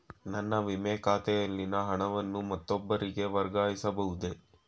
ನನ್ನ ವಿಮೆ ಖಾತೆಯಲ್ಲಿನ ಹಣವನ್ನು ಮತ್ತೊಬ್ಬರಿಗೆ ವರ್ಗಾಯಿಸ ಬಹುದೇ?